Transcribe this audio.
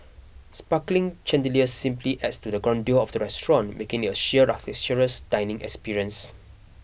sparkling chandeliers simply adds to the grandeur of the restaurant making it a sheer luxurious dining experience